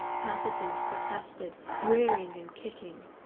patterson's protested, rearing and kicking.